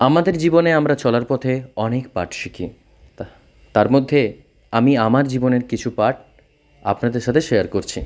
আমাদের জীবনে আমরা চলার পথে অনেক পাঠ শিখি তার মধ্যে আমি আমার জীবনের কিছু পাঠ আপনাদের সাথে শেয়ার করছি